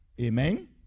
Amen